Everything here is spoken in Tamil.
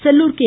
செல்லூர் கே